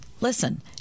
Listen